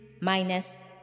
minus